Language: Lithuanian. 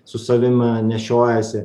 su savim nešiojasi